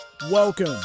Welcome